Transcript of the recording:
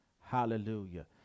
Hallelujah